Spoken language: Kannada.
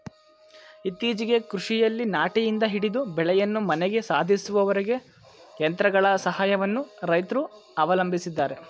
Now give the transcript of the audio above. ಇತ್ತೀಚೆಗೆ ಕೃಷಿಯಲ್ಲಿ ನಾಟಿಯಿಂದ ಹಿಡಿದು ಬೆಳೆಯನ್ನು ಮನೆಗೆ ಸಾಧಿಸುವವರೆಗೂ ಯಂತ್ರಗಳ ಸಹಾಯವನ್ನು ರೈತ್ರು ಅವಲಂಬಿಸಿದ್ದಾರೆ